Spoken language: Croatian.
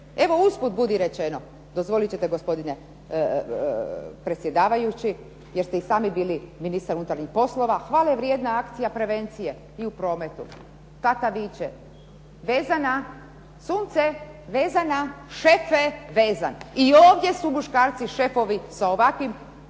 evo usput budi rečeno, dozvolite ćete gospodine predsjedavajući, jer ste i sami bili ministar unutarnjih poslova, hvalevrijedna akcija prevencije i u prometu. Tata viče vezana, sunce vezana, šefe vezan. I ovdje su muškarci šefovi sa ovakvim